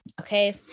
okay